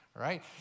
Right